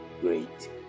great